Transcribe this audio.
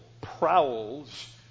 prowls